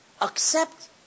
Accept